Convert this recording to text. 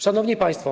Szanowni Państwo!